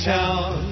Town